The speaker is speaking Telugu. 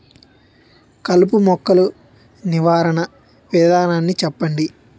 కలుపు మొక్కలు నివారణ విధానాన్ని చెప్పండి?